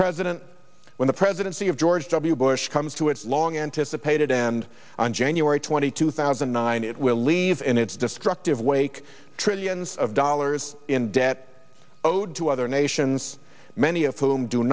president when the presidency of george w bush comes to its long anticipated and on january twentieth two thousand and nine it will leave in its destructive wake trillions of dollars in debt owed to other nations many of whom do